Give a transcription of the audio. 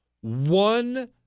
one